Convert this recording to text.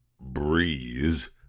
Breeze